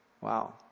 Wow